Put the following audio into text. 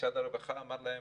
משרד הרווחה אמר להם